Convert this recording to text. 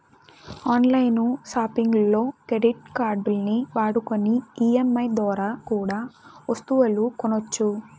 on line సాపింగుల్లో credit కార్డుల్ని వాడుకొని ఈ.ఎం.ఐ దోరా కూడా ఒస్తువులు కొనొచ్చు